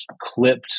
clipped